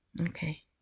Okay